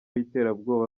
y’iterabwoba